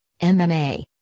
MMA